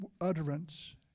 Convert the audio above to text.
utterance